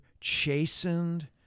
chastened